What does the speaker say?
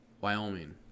Wyoming